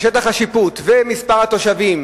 שטח השיפוט ומספר התושבים